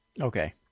Okay